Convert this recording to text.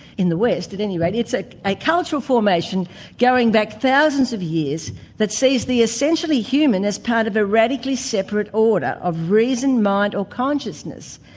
in the west at any rate, it's like a cultural formation going back thousands of years that sees the essentially human as part of a radically separate order of reason, mind or consciousness,